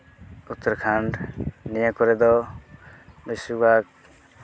ᱩᱛᱛᱚᱨᱠᱷᱚᱸᱰ ᱱᱤᱭᱟᱹ ᱠᱚᱨᱮ ᱫᱚ ᱵᱮᱥᱤᱨ ᱵᱷᱟᱜᱽ